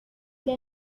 إلى